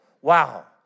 Wow